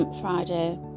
Friday